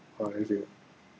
oh is it